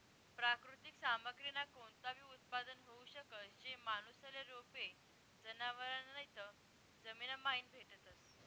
प्राकृतिक सामग्रीमा कोणताबी उत्पादन होऊ शकस, जे माणूसले रोपे, जनावरं नैते जमीनमाईन भेटतस